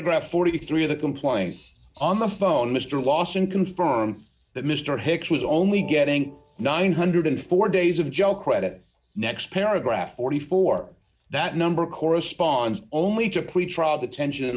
graph forty three of the complaints on the phone mr lawson confirm that mr hicks was only getting nine hundred and four days of joe credit next paragraph forty four that number corresponds only to pretrial detention in